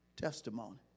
testimony